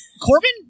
Corbin